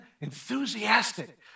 enthusiastic